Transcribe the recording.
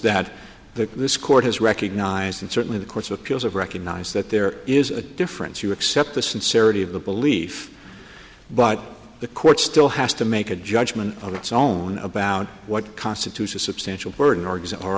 that the this court has recognized and certainly the courts of appeals of recognize that there is a difference you accept the sincerity of the belief but the court still has to make a judgment on its own about what constitutes a substantial burden